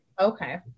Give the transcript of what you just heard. Okay